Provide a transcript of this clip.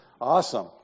awesome